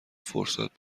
فرصت